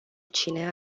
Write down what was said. cine